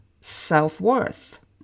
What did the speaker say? self-worth